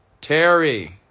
Terry